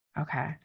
Okay